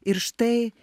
ir štai